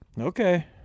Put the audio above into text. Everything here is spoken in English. Okay